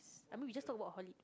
I mean we just talk about